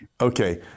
Okay